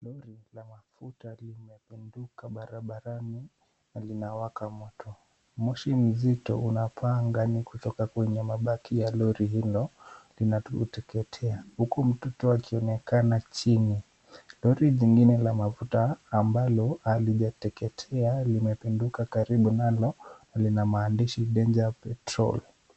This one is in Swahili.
Lori la mafuta limependuka barabarani na linawaka moto. Moshi mzito unapaa angani kutoka kwenye mabaki ya lori hilo linaloteketea, huku mtoto akionekana chini. Lori lingine la mafuta ambalo halijateketea limepinduka karibu nalo na lina maandishi danger petrol .